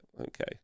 okay